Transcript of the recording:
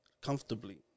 comfortably